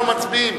אנחנו מצביעים,